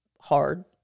hard